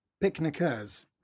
picnickers